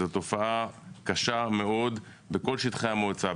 זו תופעה קשה מאוד בכל שטחי המועצה,